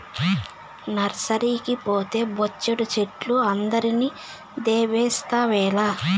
నర్సరీకి పోతే బొచ్చెడు చెట్లు అందరిని దేబిస్తావేల